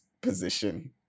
position